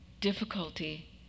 Difficulty